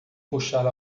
puxar